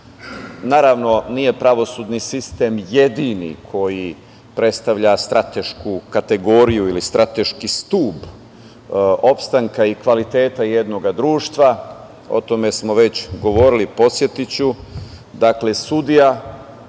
Naravno, nije pravosudni sistem jedini koji predstavlja stratešku kategoriju ili strateški stub opstanka i kvaliteta jednog društva. O tome smo već govorili. Podsetiću, dakle, sudija,